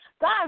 God